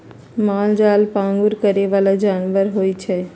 मालजाल पागुर करे बला जानवर होइ छइ